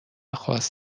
خاص